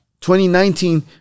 2019